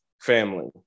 family